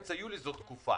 אמצע יולי זה תקופה.